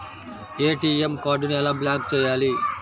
ATM కార్డుని ఎలా block చేయాలి?